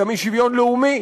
גם אי-שוויון לאומי,